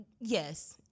yes